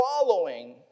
following